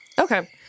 Okay